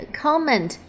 comment